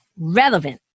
relevant